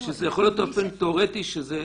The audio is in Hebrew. שבאופן תיאורטי אותם